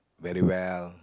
very well